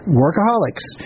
workaholics